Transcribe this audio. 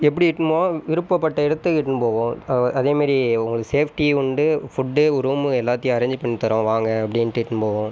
எப்படி இட்டுன்னு போவோம் விருப்பப்பட்ட இடத்துக்கு இட்டுன்னு போவோம் அதே மாதிரி உங்களுக்கு சேஃப்ட்டியும் உண்டு ஃபுட் ரூம் எல்லாத்தியும் அரேன்ஜ் பண்ணி தறோம் வாங்க அப்படின்ட்டு இட்டுன்னு போவோம்